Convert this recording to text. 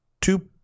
two